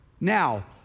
Now